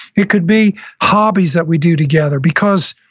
it could be hobbies that we do together because